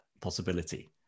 possibility